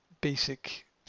basic